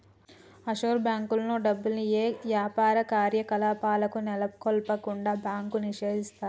offshore బ్యేంకుల్లో డబ్బుల్ని యే యాపార కార్యకలాపాలను నెలకొల్పకుండా బ్యాంకు నిషేధిస్తది